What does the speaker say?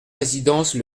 résidence